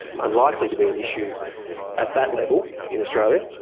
unlikely to be an issue at that level in australia.